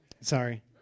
Sorry